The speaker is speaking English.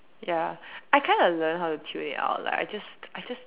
ya I kind of learnt how to tune it out I just I just